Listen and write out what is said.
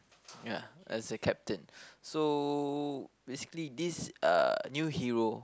ya as a captain so basically this uh new hero